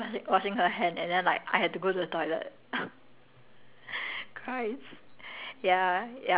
I know I know and we were in the same toilet I didn't have a choice cause she was washing washing her hand and then like I had to go to the toilet